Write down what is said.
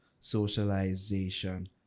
socialization